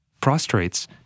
prostrates